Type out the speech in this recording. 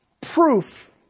proof